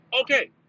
Okay